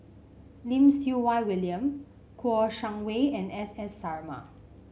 Lim Siew Wai William Kouo Shang Wei and S S Sarma